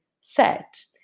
set